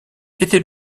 été